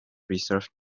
preserve